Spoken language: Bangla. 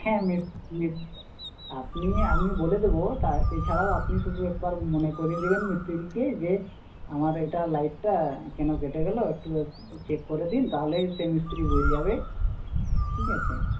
হ্যাঁ আপনি আমি বলে দেব তা এছাড়াও আপনি শুধু একবার মনে করিয়ে দিবেন মিস্ত্রিকে যে আমার এইটা লাইটটা কেন কেটে গেল একটু চেক করে দিন তাহলেই সেই মিস্ত্রি বুঝে যাবে ঠিক আছে